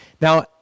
Now